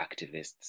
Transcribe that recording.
activists